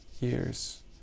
years